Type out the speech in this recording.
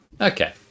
Okay